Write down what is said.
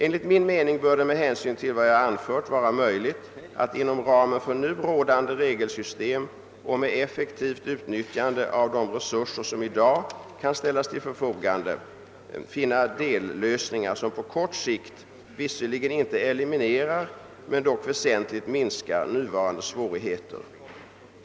Enligt min mening bör det med hänsyn till vad jag anfört vara möjligt att inom ramen för nu rådande regelsystem och med effektivt utnyttjande av de resurser som i dag kan ställas till förfogande finna dellösningar, som på kort sikt visserligen inte eliminerar men dock väsentligt minskar nuvarande svårigheter.